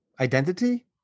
identity